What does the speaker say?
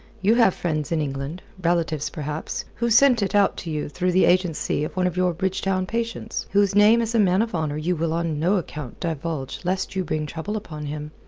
you have friends in england relatives, perhaps who sent it out to you through the agency of one of your bridgetown patients, whose name as a man of honour you will on no account divulge lest you bring trouble upon him.